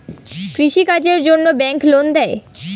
কৃষি কাজের জন্যে ব্যাংক লোন দেয়?